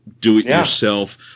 do-it-yourself